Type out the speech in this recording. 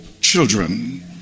children